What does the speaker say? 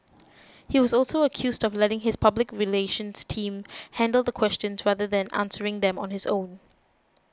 he was also accused of letting his public relations team handle the questions rather than answering them on his own